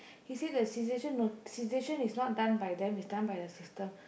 he say the cessation is not done by them is done by the system